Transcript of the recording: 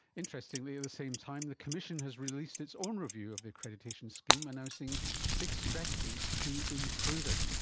interestingly at the same time the commission has released its own review of the accreditation scheme, announcing six strategies to improve it.